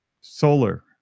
Solar